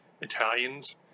Italians